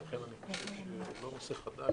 ולכן אני חושב שזה לא נושא חדש,